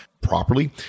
properly